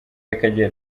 y’akagera